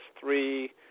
three